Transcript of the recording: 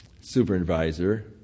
supervisor